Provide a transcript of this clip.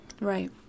Right